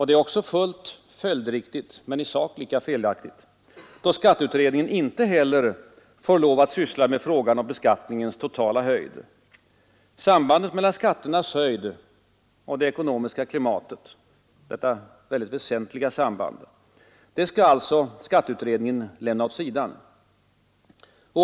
Det är också fullt följdriktigt men i sak lika felaktigt då skatteutredningen inte heller får lov att syssla med frågan om beskattningens totala höjd. Sambandet mellan skatternas höjd och det ekonomiska klimatet — detta mycket väsentliga samband — skall alltså skatteutredningen lämna åt sidan.